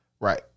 Right